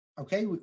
Okay